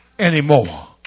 anymore